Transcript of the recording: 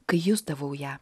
kai jusdavau ją